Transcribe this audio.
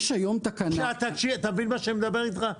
אתה מבין מה שאני מדבר איתך?